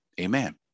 Amen